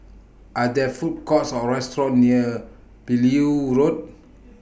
Are There Food Courts Or restaurants near Beaulieu Road